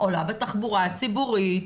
עולה בתחבורה הציבורית,